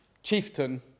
chieftain